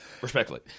Respectfully